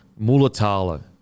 Mulatalo